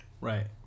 Right